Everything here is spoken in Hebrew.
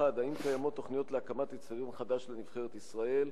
1. האם קיימות תוכניות להקמת איצטדיון חדש לנבחרת ישראל?